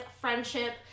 friendship